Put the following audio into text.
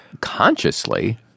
consciously